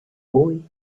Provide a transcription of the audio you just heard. boy